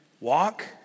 walk